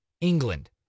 England